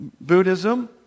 Buddhism